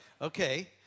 okay